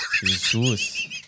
Jesus